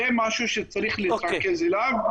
זה משהו שצריך להתרכז עליו,